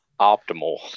optimal